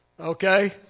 Okay